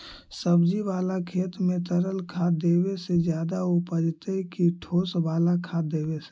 सब्जी बाला खेत में तरल खाद देवे से ज्यादा उपजतै कि ठोस वाला खाद देवे से?